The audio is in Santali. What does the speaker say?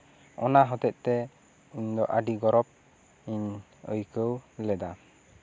ᱚᱱᱟ ᱦᱚᱛᱮᱫ ᱛᱮ ᱤᱧ ᱫᱚ ᱟᱹᱰᱤ ᱜᱚᱨᱚᱵᱤᱧ ᱟᱹᱭᱠᱟᱹᱣ ᱞᱮᱫᱟ